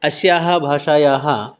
अस्याः भाषायाः